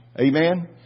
Amen